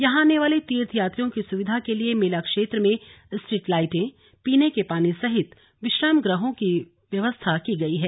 यहां आने वाले तीर्थ यात्रियो की सुविधा के लिये मेला क्षेत्र में स्ट्रीट लाइटें पीने के पानी सहित विश्राम गृहों की व्यवस्था की गई है